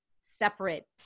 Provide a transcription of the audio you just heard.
separate